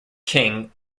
king